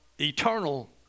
eternal